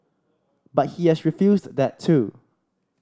but he has refused that too